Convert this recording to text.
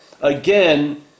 again